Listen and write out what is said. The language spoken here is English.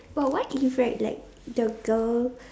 but what if right like the girl